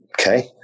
Okay